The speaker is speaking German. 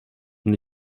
und